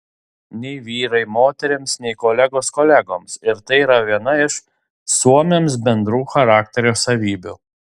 nei vyrai moterims nei kolegos kolegoms ir tai yra viena iš suomiams bendrų charakterio savybių